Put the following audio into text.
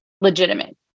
legitimate